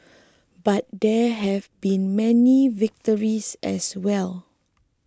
but there have been many victories as well